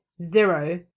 zero